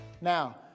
Now